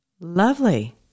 Lovely